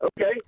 Okay